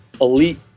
elite